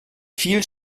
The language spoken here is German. viel